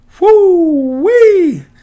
Woo-wee